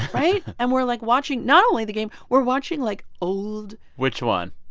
right? and we're, like, watching not only the game we're watching, like, old. which one?